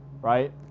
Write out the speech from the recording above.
right